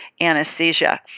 anesthesia